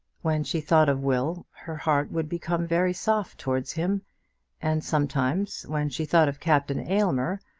when she thought of will her heart would become very soft towards him and sometimes, when she thought of captain aylmer,